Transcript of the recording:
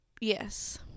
Yes